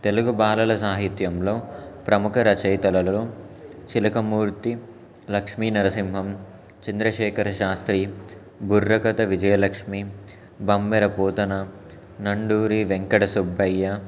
తెలుగు బాలల సాహిత్యంలో ప్రముఖ రచయితలలో చిలకమూర్తి లక్ష్మీ నరసింహం చంద్రశేఖర శాస్త్రి బుర్రకథ విజయలక్ష్మి బమ్మెర పోతన నండూరి వెంకట సుబ్భయ్య